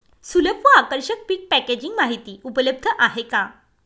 सुलभ व आकर्षक पीक पॅकेजिंग माहिती उपलब्ध आहे का?